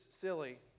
silly